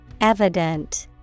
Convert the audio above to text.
Evident